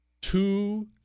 Two